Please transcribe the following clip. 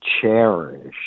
cherish